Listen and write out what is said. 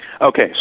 Okay